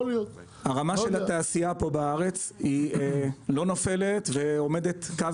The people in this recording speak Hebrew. הרמה של התעשייה בארץ לא נופלת ועומדת קו